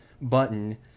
button